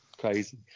crazy